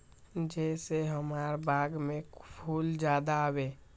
जे से हमार बाग में फुल ज्यादा आवे?